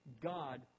God